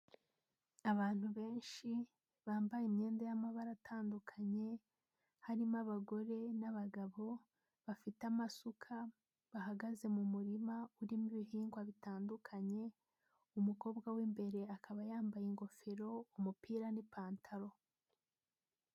Abantu benshi bambaye imyenda y'amabara atandukanye, harimo abagore n'abagabo bafite amasuka bahagaze mu murima urimo ibihingwa bitandukanye, umukobwa w'imbere akaba yambaye ingofero, umupira n'ipantaro.